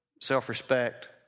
self-respect